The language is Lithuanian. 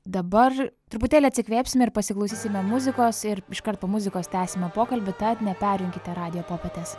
dabar truputėlį atsikvėpsime ir pasiklausysime muzikos ir iš kart po muzikos tęsime pokalbį tad neperjunkite radijo popietės